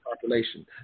population